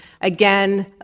again